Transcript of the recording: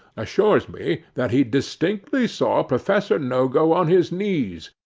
assures me that he distinctly saw professor nogo on his knees,